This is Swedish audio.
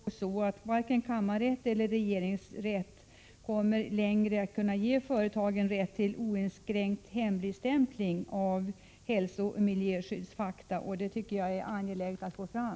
Herr talman! Jag tackar för dessa synpunkter och tolkar dem så att varken kammarrätten eller regeringsrätten längre kommer att kunna ge företagen rätt till oinskränkt hemligstämpling av hälsooch miljöskyddsfakta. Det tycker jag är angeläget att föra fram.